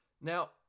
Now